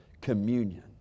communion